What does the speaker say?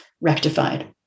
rectified